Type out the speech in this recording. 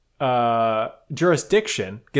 jurisdiction